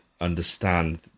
understand